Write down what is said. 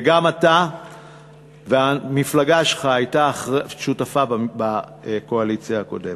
וגם אתה והמפלגה שלך הייתם שותפים בקואליציה הקודמת.